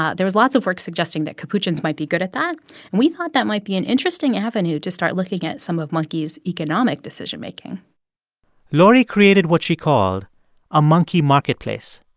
ah there was lots of work suggesting that capuchins might be good at that. and we thought that might be an interesting avenue to start looking at some of monkeys' economic decision-making laurie created what she called a monkey marketplace.